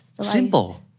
Simple